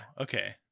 Okay